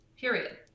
period